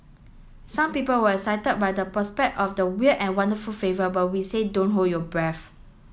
some people were excited by the prospect of the weird and wonderful flavour but we say don't hold your breath